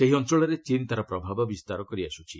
ସେହି ଅଞ୍ଚଳରେ ଚୀନ୍ ତା'ର ପ୍ରଭାବ ବିସ୍ତାର କରିଆସ୍କ୍ଛି